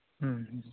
ᱦᱮᱸ ᱦᱮᱸ